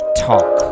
talk